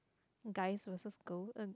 guys versus girl uh